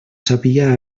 sabia